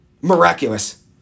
Miraculous